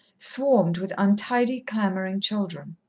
swarmed with untidy, clamouring children.